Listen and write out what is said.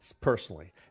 personally